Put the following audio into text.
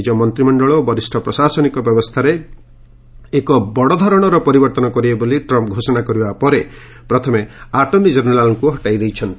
ନିଜ ମନ୍ତ୍ରିମଣ୍ଡଳ ଓ ବରିଷ୍ଣ ପ୍ରଶାସନିକ ବ୍ୟବସ୍ଥାରେ ଏକ ବଡ଼ ଧରଣର ପରିବର୍ତ୍ତନ କରିବେ ବୋଲି ଟ୍ରମ୍ପ୍ ଘୋଷଣା କରିବା ପରେ ପ୍ରଥମେ ଆଟର୍ଣ୍ଣି ଜେନେରାଲ୍ଙ୍କୁ ହଟାଇଛନ୍ତି